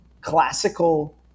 classical